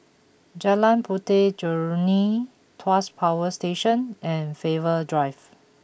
Jalan Puteh Jerneh Tuas Power Station and Faber Drive